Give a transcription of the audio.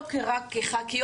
לא רק כח"כיות.